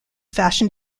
fashion